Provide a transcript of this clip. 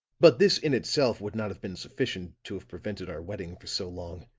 but this in itself would not have been sufficient to have prevented our wedding for so long.